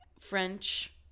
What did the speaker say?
French